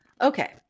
Okay